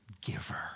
giver